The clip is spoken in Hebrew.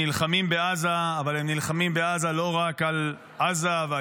נלחמים בעזה אבל הם נלחמים בעזה לא רק על עזה ועל